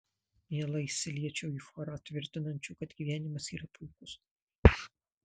mielai įsiliečiau į chorą tvirtinančių kad gyvenimas yra puikus